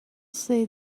say